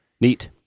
Neat